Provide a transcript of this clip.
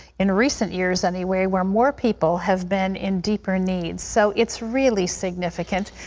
in recent years anyway, where more people have been in deeper need. so it's really significant.